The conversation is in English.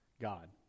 God